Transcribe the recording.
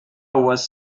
was